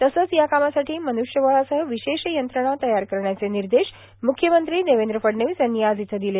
तसेच या कामासाठी मनूष्यबळासह ावशेष यंत्रणा तयार करण्याचे ांनदश मुख्यमंत्री श्री देवद्र फडणवीस यांनी आज येथे र्दिले